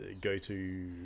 go-to